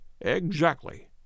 Exactly